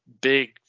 big